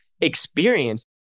experience